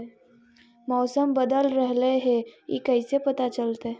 मौसम बदल रहले हे इ कैसे पता चलतै?